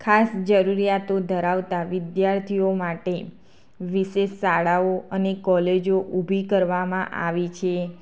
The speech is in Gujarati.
ખાસ જરૂરીયાતો ધરાવતા વિદ્યાર્થીઓ માટે વિશેષ શાળાઓ અને કોલેજો ઊભી કરવામાં આવી છે